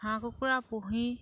হাঁহ কুকুৰা পুহি